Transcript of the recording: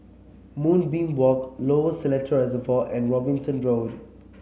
Moonbeam Walk Lower Seletar Reservoir and Robinson Road